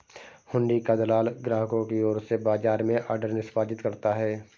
हुंडी का दलाल ग्राहकों की ओर से बाजार में ऑर्डर निष्पादित करता है